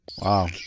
Wow